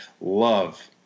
love